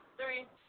Three